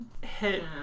hit